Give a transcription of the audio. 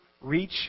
reach